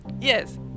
yes